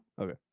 okay